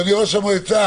אדוני ראש המועצה,